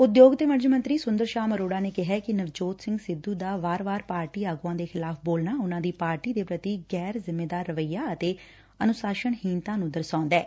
ਉਦਯੋਗ ਤੇ ਵਣਜ ਮੰਤਰੀ ਸੂੰਦਰ ਸ਼ਾਮ ਅਰੋੜਾ ਨੇ ਕਿਹਾ ਕਿ ਨਵਜੋਤ ਸਿੰਘ ਸਿੱਧੁ ਦਾ ਵਾਰ ਵਾਰ ਪਾਰਟੀ ਆਗੁਆਂ ਦੇ ਖਿਲਾਫ ਬੋਲਣਾ ਉਨਾਂ ਦਾ ਪਾਰਟੀ ਦੇ ਪੂਤੀ ਗੈਰ ਜ਼ਿਮੇਵਾਰ ਰਵੱਈਆ ਅਤੇ ਅਨੁਸ਼ਾਸਨਹੀਣਤਾ ਨੂੰ ਦਰਸਾਉਂਦਾ ਹੈ